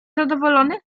zadowolony